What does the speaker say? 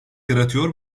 yaratıyor